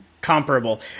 comparable